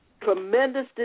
tremendous